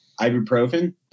ibuprofen